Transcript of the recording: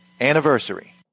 anniversary